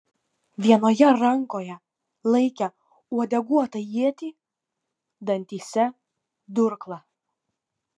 vienoje rankoje laikė uodeguotą ietį dantyse durklą